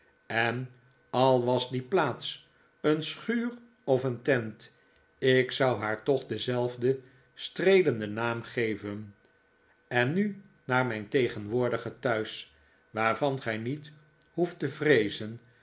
en al was die plaats een schuur of een tent ik zou haar toch denzelfden streelenden naam geven en nu naar mijn tegenwoordige thuis waarvan gij niet hoeft te vreezen